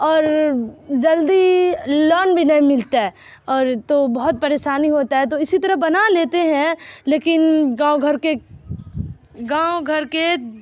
اور جلدی لون بھی نہیں ملتا ہے اور تو بہت پریشانی ہوتا ہے تو اسی طرح بنا لیتے ہیں لیکن گاؤں گھر کے گاؤں گھر کے